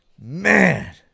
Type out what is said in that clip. man